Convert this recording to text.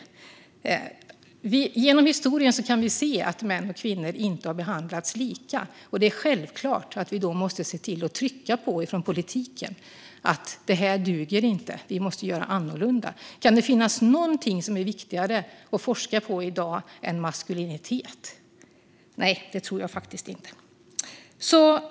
Vi kan genom historien se att män och kvinnor inte har behandlats lika. Det är självklart att vi då från politiken måste trycka på att det inte duger, att vi måste göra annorlunda. Kan det finnas någonting som är viktigare att forska på i dag än maskulinitet? Nej, det tror jag faktiskt inte.